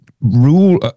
rule